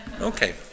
Okay